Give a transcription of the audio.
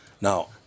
Now